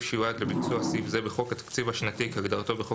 שיועד לביצוע סעיף זה בחוק התקציב השנתי כהגדרתו בחוק